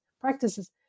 practices